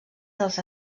dels